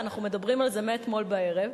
אנחנו מדברים על זה מאתמול בערב,